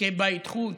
משחקי בית, חוץ,